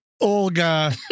Olga